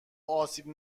آسیب